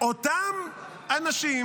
אותם אנשים